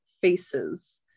faces